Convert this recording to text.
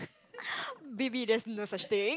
baby there's no such thing